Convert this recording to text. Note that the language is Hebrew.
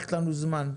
חסכת לנו זמן.